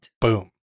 Boom